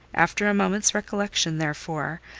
after a moment's recollection, therefore,